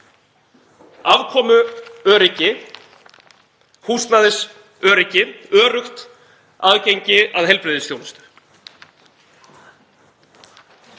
Afkomuöryggi, húsnæðisöryggi, öruggt aðgengi að heilbrigðisþjónustu.